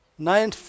Nine